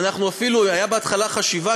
ואפילו הייתה בהתחלה חשיבה,